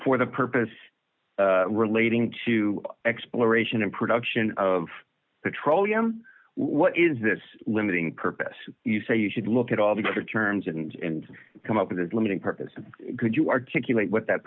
for the purpose relating to exploration and production of petroleum what is this limiting purpose you say you should look at all the other terms and come up with this limited purpose could you articulate what that